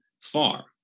far